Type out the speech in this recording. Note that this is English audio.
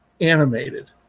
animated